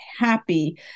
happy